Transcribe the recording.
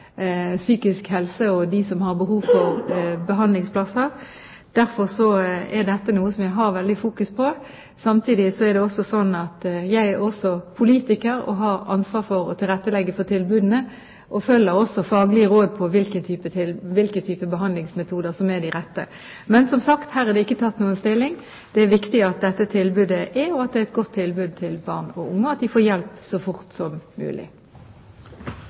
psykisk helse og dem som har behov for behandlingsplasser. Derfor er dette noe som jeg fokuserer veldig på. Samtidig er det sånn at jeg også er politiker og har ansvar for å tilrettelegge for tilbudene. Jeg følger også faglige råd om hvilke typer behandlingsmetoder som er de rette. Men som sagt: Her er det ikke tatt noen stilling. Det er viktig at dette tilbudet er, at det er et godt tilbud til barn og unge, og at de får hjelp så fort som mulig.